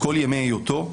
כל ימי היותו,